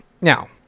now